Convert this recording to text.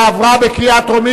לדיון מוקדם